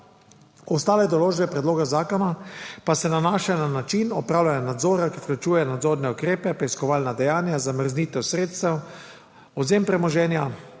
Ostale določbe predloga zakona pa se nanašajo na način opravljanja nadzora, ki vključuje nadzorne ukrepe, preiskovalna dejanja, zamrznitev sredstev, odvzem premoženja,